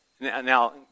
Now